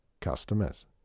Customers